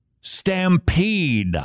Stampede